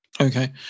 Okay